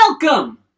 welcome